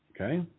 okay